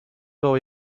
było